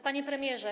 Panie Premierze!